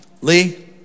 Lee